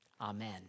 amen